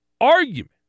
argument